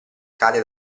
cade